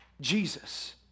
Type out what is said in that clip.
Jesus